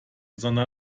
sondern